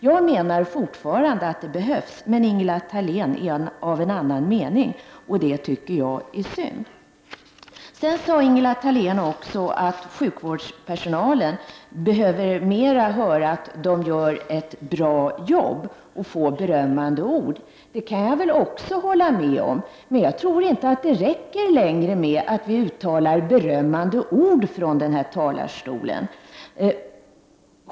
Jag vidhåller att sådana medel fortfarande behövs, men Ingela Thalén är av annan mening, och det tycker jag är synd. Sedan sade Ingela Thalén att sjukvårdspersonalen mer behöver få höra att man gör ett bra jobb, behöver få mer beröm. Det kan jag också hålla med om. Men jag tror inte att det längre räcker med att vi från kammarens talarstol uttalar berömmande ord.